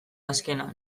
azkena